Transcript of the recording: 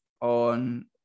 on